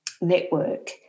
network